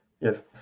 Yes